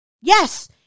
Yes